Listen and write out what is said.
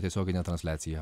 tiesioginę transliaciją